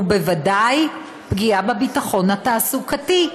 ובוודאי פגיעה בביטחון התעסוקתי.